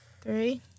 Three